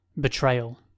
Betrayal